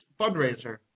fundraiser